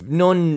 non